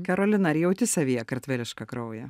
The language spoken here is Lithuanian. karolina ar jauti savyje kartvelišką kraują